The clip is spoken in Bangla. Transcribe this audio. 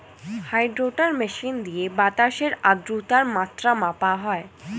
হাইড্রোমিটার মেশিন দিয়ে বাতাসের আদ্রতার মাত্রা মাপা হয়